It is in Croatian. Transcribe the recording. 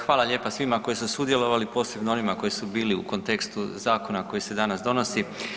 Hvala lijepa svima koji su sudjelovali, posebno onima koji su bili u kontekstu zakona koji se danas donosi.